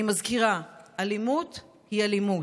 אני מזכירה: אלימות היא אלימות.